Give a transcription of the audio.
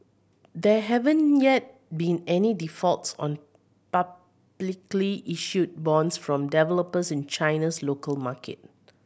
there haven't yet been any defaults on publicly issued bonds from developers in China's local market